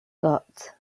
got